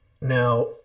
Now